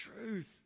truth